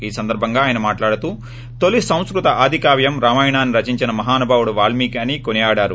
ఈ సందర్భంగా ఆయన మాట్లాడుతూ తొలి సంస్కుతి ఆదికావ్యం రామాయణాన్ని రచించిన మహానుభావుడు వాల్మికి అని కొనియాడారు